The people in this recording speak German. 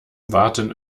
warten